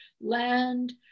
land